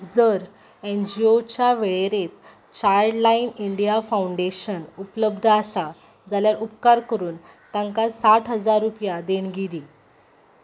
जर एनजीओ च्या वेळेरेंत चायल्डलायन इंडिया फावंडेशन उपलब्द आसा जाल्यार उपकार करून तांकां साठ हजार रुपया देणगी दी